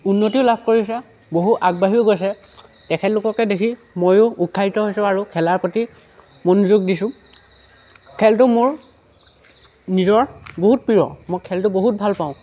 উন্নতিও লাভ কৰিছে বহু আগবাঢ়িও গৈছে তেখেতলোককে দেখি ময়ো উৎসাহিত হৈছোঁ আৰু খেলাৰ প্ৰতি মনোযোগ দিছোঁ খেলটো মোৰ নিজৰ বহুত প্ৰিয় মই খেলটো বহুত ভাল পাওঁ